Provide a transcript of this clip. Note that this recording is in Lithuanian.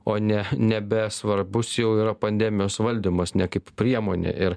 o ne nebesvarbus jau yra pandemijos valdymas ne kaip priemonė ir